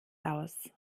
aus